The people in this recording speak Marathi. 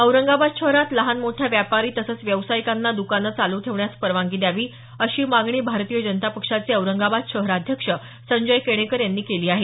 औरंगाबाद शहरात लहान मोठ्या व्यापारी तसंच व्यावसायिकांना दुकानं चालू ठेवण्यास परवानगी द्यावी अशी मागणी भारतीय जनता पक्षाचे औरंगाबाद शहराध्यक्ष संजय केणेकर यांनी केली आहे